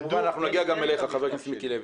אנחנו נגיע גם אליך, חבר הכנסת מיקי לוי.